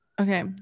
okay